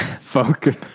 focus